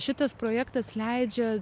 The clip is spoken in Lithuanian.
šitas projektas leidžia